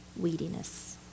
Weediness